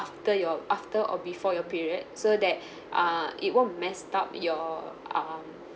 after your after or before your period so that err it won't messed up your uh